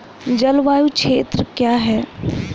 जलवायु क्षेत्र क्या है?